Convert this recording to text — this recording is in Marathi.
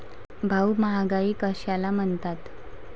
भाऊ, महागाई कशाला म्हणतात?